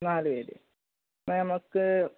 നാല് പേര് എന്നാല് നമുക്ക്